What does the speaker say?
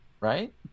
Right